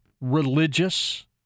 religious